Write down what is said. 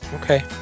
Okay